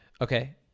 Okay